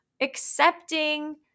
accepting